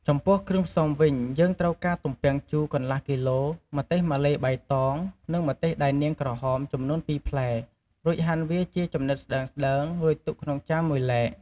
ចំពោះគ្រឿងផ្សំវិញ យើងត្រូវការទំពាំងជូរ កន្លះគីឡូ ម្ទេសម៉ាឡេបៃតង និងម្ទេសដៃនាងក្រហម ចំនួនពីរផ្លែ រួចហាន់វាជាចំណិតស្ដើងៗ រួចទុកក្នុងចានមួយឡែក។